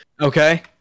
Okay